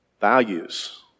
Values